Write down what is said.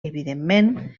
evidentment